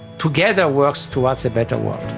together works through us a better world.